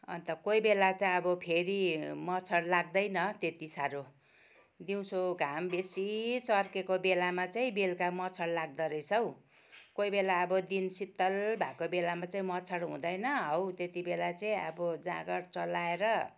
अन्त कोही बेला त अब फेरि मच्छड लाग्दैन त्यती साह्रो दिउँसो घाम बेसी चर्किएको बेलामा चाहिँ बेलुका मच्छड लाग्दो रहेछ हौ कोही बेला अब दिन शीतल भएको बेलामा चाहिँ मच्छड हुँदैन हो त्यति बेला चाहिँ अब जाँगर चलाएर